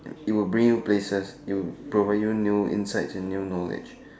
it will bring you places it will provide you new insights and new knowledge